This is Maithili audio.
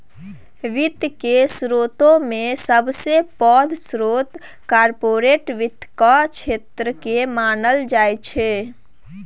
वित्त केर स्रोतमे सबसे पैघ स्रोत कार्पोरेट वित्तक क्षेत्रकेँ मानल जाइत छै